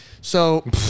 So-